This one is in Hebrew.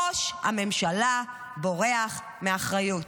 ראש הממשלה בורח מאחריות.